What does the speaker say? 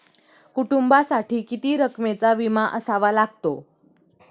कुटुंबासाठी किती रकमेचा विमा असावा लागतो?